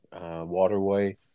waterway